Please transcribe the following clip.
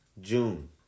June